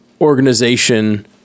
organization